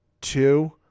two